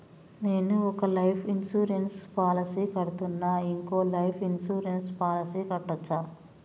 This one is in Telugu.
నేను ఒక లైఫ్ ఇన్సూరెన్స్ పాలసీ కడ్తున్నా, ఇంకో లైఫ్ ఇన్సూరెన్స్ పాలసీ కట్టొచ్చా?